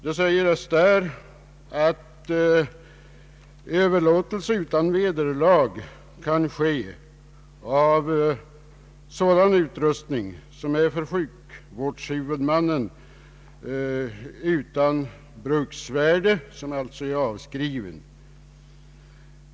Det sägs där att överlåtelse utan vederlag kan ske av sådan utrustning som är för sjukvårdshuvudmannen utan bruksvärde och som alltså är avskriven.